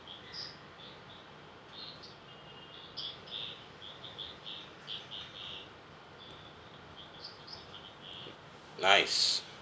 nice